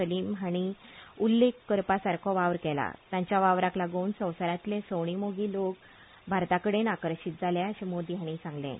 सलीम हांणी उल्लेख करपा सारको वावर केला तांच्या वावराक लागून संवसारांत सवणी मोगी लोक भारता कडेन आकर्शीत जाल्यात अशें मोदी हांणी सांगलें